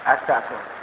আচ্ছা আসুন